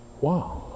Wow